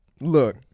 Look